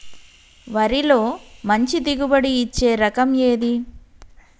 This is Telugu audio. వరిలో మంచి దిగుబడి ఇచ్చే రకం ఏది?